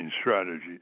strategy